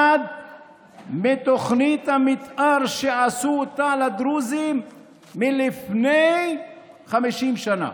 מתוכנית המתאר שעשו לדרוזים מלפני 50 שנה,